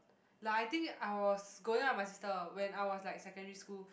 like I think I was going up with my sister when I was like secondary school